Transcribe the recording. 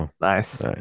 Nice